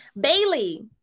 Bailey